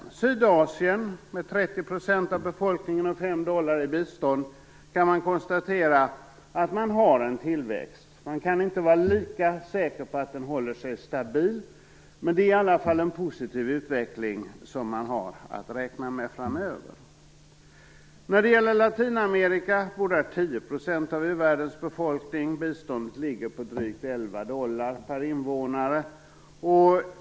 I Sydasien med 30 % av befolkningen och 5 dollar i bistånd kan man konstatera att det finns en tillväxt. Man kan inte vara lika säker på att den håller sig stabil, men man kan i alla fall räkna med en positiv utveckling framöver. I Latinamerika bor 10 % av u-världens befolkning. Biståndet ligger på drygt 11 dollar per invånare.